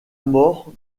mort